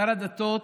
שר הדתות